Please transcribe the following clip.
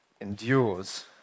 endures